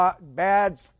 bad